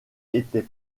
était